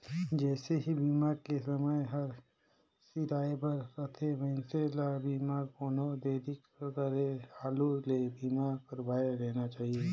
जइसे ही बीमा के समय हर सिराए बर रथे, मइनसे ल बीमा कोनो देरी करे हालू ले बीमा करवाये लेना चाहिए